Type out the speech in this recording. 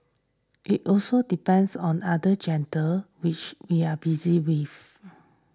it also depends on other agenda which we are busy with